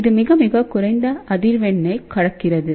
இது மிக மிகக் குறைந்த அதிர்வெண்ணைக் கடத்துகிறது